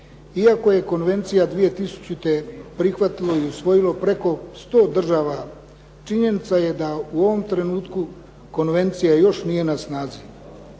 Iako je konvenciju 2000. prihvatilo i usvojilo preko 100 država činjenica je da u ovom trenutku konvencija još nije na snazi.